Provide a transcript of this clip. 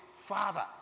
father